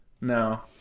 No